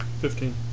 Fifteen